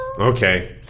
Okay